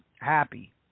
happy